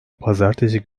pazartesi